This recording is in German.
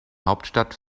hauptstadt